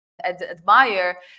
admire